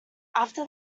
after